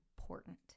important